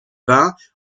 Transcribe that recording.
bains